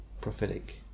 prophetic